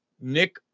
Nick